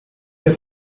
hier